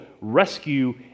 rescue